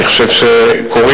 אני חושב שקורים